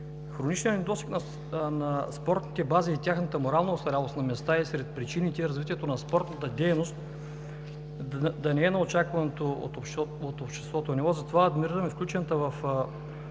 Хроничният недостиг на спортните бази и тяхната морална остарялост на места е сред причините развитието на спортната дейност да не е на очакваното от обществото ниво, затова адмирираме включената в